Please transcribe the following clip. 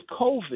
COVID